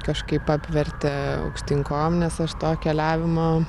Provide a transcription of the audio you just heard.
kažkaip apvertė aukštyn kojom nes aš tą keliavimą